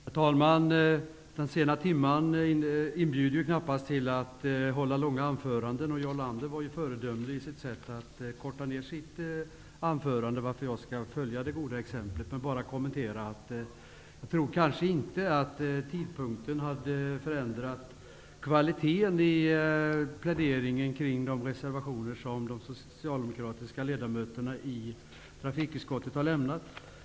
Herr talman! Den sena timmen inbjuder knappast till att hålla långa anföranden. Jarl Lander var föredömlig i sitt sätt att korta ned sitt anförande. Jag skall följa det goda exemplet. Jag skall bara göra en kort kommentar. Jag tror kanske inte att tidpunkten hade förändrat kvaliteten i pläderingen för de reservationer som de socialdemokratiska ledamöterna i trafikutskottet har avlämnat.